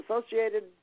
associated